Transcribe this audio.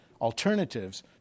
alternatives